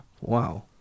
wow